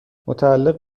متعلق